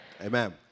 Amen